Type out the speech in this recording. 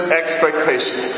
expectation